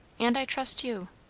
and i trust you.